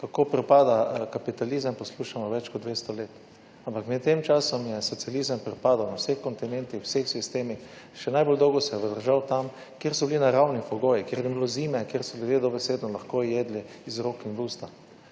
kako propada kapitalizem poslušamo več kot dvesto let, ampak med tem časom je socializem propadel na vseh kontinentih, v vseh sistemih, še najbolj dolgo se je držal tam, kjer so bili naravni pogoji, kjer ni bilo zime, kjer so ljudje dobesedno lahko jedli iz rok in v usta.